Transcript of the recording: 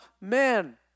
men